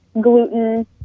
gluten